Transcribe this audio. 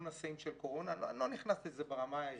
נשאים של קורונה אני לא נכנס לזה ברמה הערכית,